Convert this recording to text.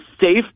safe